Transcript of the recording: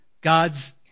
God's